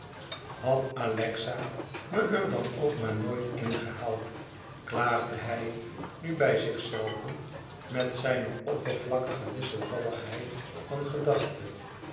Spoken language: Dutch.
had alexa me er dan ook maar nooit ingehaald klaagde hij nu bij zichzelven met zijne oppervlakkige wisselvalligheid van gedachte